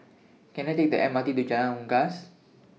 Can I Take The M R T to Jalan Unggas